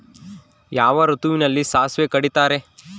ಯಾವ ಋತುವಿನಲ್ಲಿ ಸಾಸಿವೆ ಕಡಿತಾರೆ?